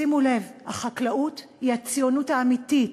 ותשימו לב, החקלאות היא הציונות האמיתית: